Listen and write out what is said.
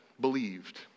believed